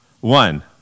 one